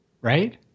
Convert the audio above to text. right